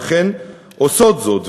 ואכן עושות זאת.